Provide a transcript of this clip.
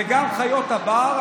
זה גם חיות הבר.